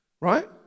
right